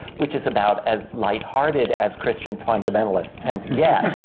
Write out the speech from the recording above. which is about as light-hearted as christian fundamentalists tend to yeah